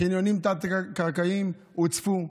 חניונים תת-קרקעיים הוצפו.